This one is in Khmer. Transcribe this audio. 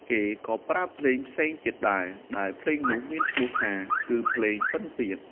គេក៏ប្រើភ្លេងផ្សេងទៀតដែរ ដែលភ្លេងនោះមានឈ្មោះថា គឺភ្លេងពិណពាទ្យ។